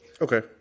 Okay